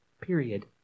Period